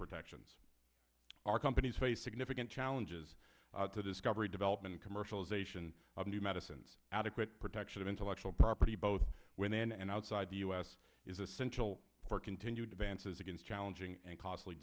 protections our companies face significant challenges to discovery development commercialization of new medicines adequate protection of intellectual property both within and outside the us is essential for continued vance's against challenging and cost